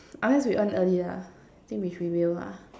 unless we end early lah I think which we will lah